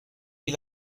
est